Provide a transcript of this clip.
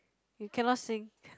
you cannot sing